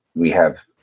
we have